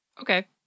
Okay